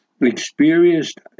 experienced